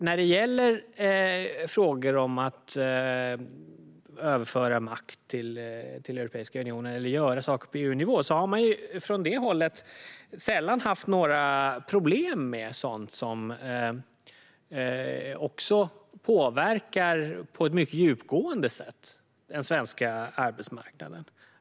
När det gäller frågor om att överföra makt till Europeiska unionen eller att göra saker på EU-nivå har man från högerhåll sällan haft några problem med sådant som på ett mycket djupgående sätt påverkar den svenska arbetsmarknaden.